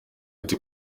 ati